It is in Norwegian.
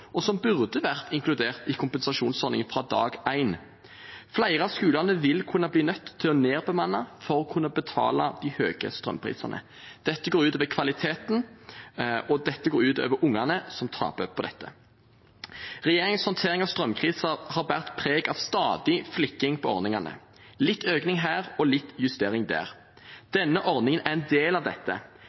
og som burde vært inkludert i kompensasjonsordningen fra dag én. Flere av skolene vil kunne bli nødt til å nedbemanne for å kunne betale de høye strømprisene. Det går ut over kvaliteten, og det går ut over ungene, som taper på dette. Regjeringens håndtering av strømkrisen har båret preg av stadig flikking på ordningene – litt økning her og litt justering der. Denne ordningen er en del av dette.